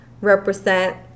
represent